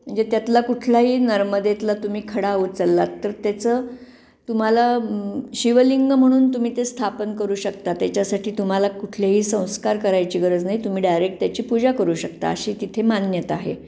म्हणजे त्यातला कुठलाही नर्मदेतला तुम्ही खडा उचललात तर त्याचं तुम्हाला शिवलिंग म्हणून तुम्ही ते स्थापन करू शकता त्याच्यासाठी तुम्हाला कुठलेही संस्कार करायची गरज नाही तुम्ही डायरेक्ट त्याची पूजा करू शकता अशी तिथे मान्यता आहे